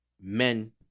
men